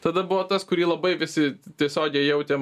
tada buvo tas kurį labai visi tiesiogiai jautėm